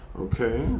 Okay